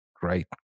great